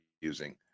using